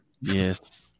Yes